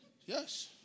Yes